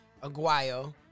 Aguayo